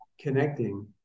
connecting